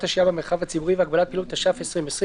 השהייה במרחב הציבורי והגבלת פעילות) (תיקון מס' 4),